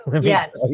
Yes